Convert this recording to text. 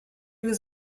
was